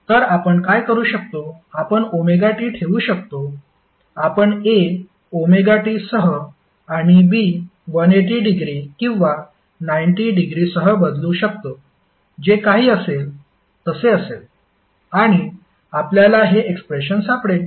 तर आपण काय करू शकतो आपण ωt ठेऊ शकतो आपण A ωt सह आणि B 180 डिग्री किंवा 90 डिग्रीसह बदलू शकतो जे काही असेल तसे असेल आणि आपल्याला हे एक्सप्रेशन सापडेल